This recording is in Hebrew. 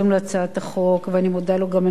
אני מודה לו גם על ניהול הדיון בוועדה,